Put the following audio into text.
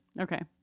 Okay